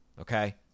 Okay